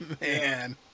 man